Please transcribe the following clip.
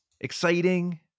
Exciting